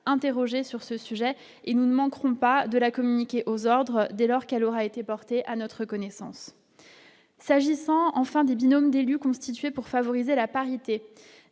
interrogé sur ce sujet et nous ne manquerons pas de la communiquer aux ordres, dès lors qu'elle aura été porté à notre connaissance, s'agissant enfin des binômes d'élus constitué pour favoriser la parité,